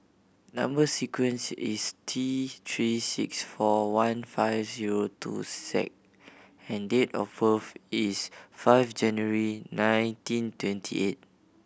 number sequence is T Three six four one five zero two Z and date of birth is five January nineteen twenty eight